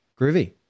Groovy